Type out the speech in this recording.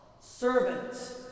Servants